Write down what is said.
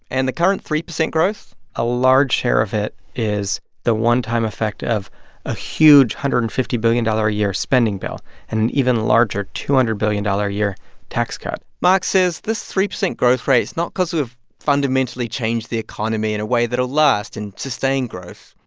and the current three percent growth. a large share of it is the one-time effect of a huge one hundred and fifty billion dollars a year spending bill and an even larger two hundred billion dollars a year tax cut marc says this three percent growth rate's not because we have fundamentally changed the economy in a way that will last and sustain growth.